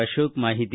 ಅಶೋಕ ಮಾಹಿತಿ